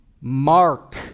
Mark